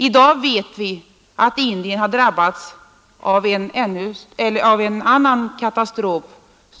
I dag vet vi att Indien har drabbats av en annan katastrof,